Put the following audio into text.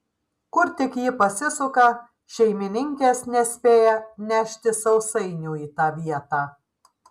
kur tik ji pasisuka šeimininkės nespėja nešti sausainių į tą vietą